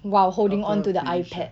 while holding on to the ipad